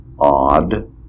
odd